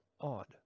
odd